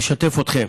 לשתף אתכם